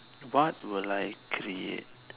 what will I create